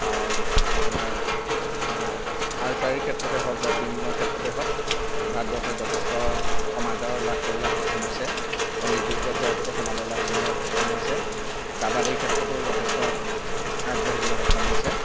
আপোনাৰ আৰ্চাৰীৰ ক্ষেত্ৰতে হওক বা ছুইমিঙৰ ক্ষেত্ৰতে হওক ভাৰতবৰ্ষত যথেষ্ট সমাদৰ লাভ কৰিবলৈ সক্ষম হৈছে অলিম্পিক পৰ্যায়তো সমাদৰ লাভ কৰিবলৈ সক্ষম হৈছে কাবাডীৰ ক্ষেত্ৰতো যথেষ্ট আগবাঢ়িবলৈ সক্ষম হৈছে